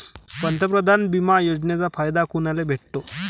पंतप्रधान बिमा योजनेचा फायदा कुनाले भेटतो?